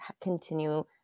continue